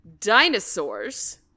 dinosaurs